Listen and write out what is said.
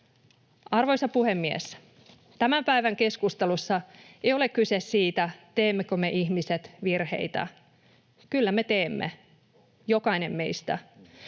Arvoisa puhemies! Tämän päivän keskustelussa ei ole kyse siitä, teemmekö me ihmiset virheitä. Kyllä me teemme, jokainen meistä.